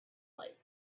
light